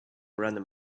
random